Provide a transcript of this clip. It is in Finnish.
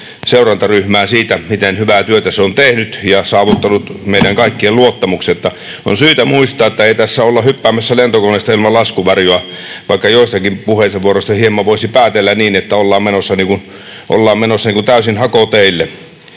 seurantaryhmää siitä, miten hyvää työtä se on tehnyt ja saavuttanut meidän kaikkien luottamuksen. On syytä muistaa, että ei tässä olla hyppäämässä lentokoneesta ilman laskuvarjoa, vaikka joistakin puheenvuoroista hieman voisi päätellä niin, että ollaan menossa täysin hakoteille.